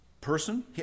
person